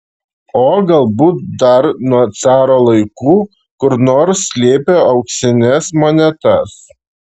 o galbūt dar nuo caro laikų kur nors slėpė auksines monetas